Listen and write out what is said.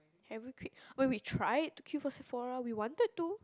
have you queued when we tried to queue for Sephora we wanted to